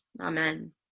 Amen